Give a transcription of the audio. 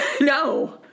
No